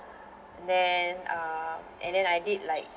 and then uh and then I did like